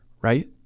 right